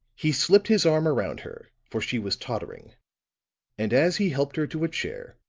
he slipped his arm around her, for she was tottering and as he helped her to a chair,